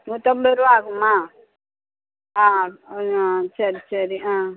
நூற்றம்பது ரூபா ஆகும்மா ஆ கொஞ்சம் சரி சரி ஆ